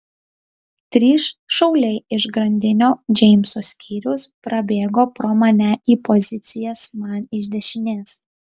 trys šauliai iš grandinio džeimso skyriaus prabėgo pro mane į pozicijas man iš dešinės